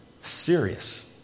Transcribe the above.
serious